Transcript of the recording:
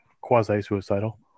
quasi-suicidal